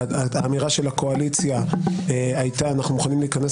האמירה של הקואליציה הייתה שאנחנו מוכנים להיכנס